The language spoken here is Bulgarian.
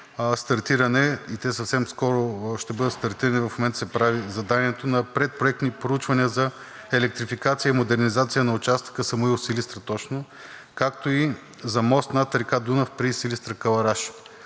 и те съвсем скоро ще бъдат стартирани, в момента се прави заданието, на предпроектни проучвания за електрификация и модернизация на участъка Самуил – Силистра точно, както и за мост над река Дунав при Силистра – Калараш,